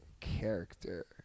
character